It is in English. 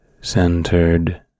centered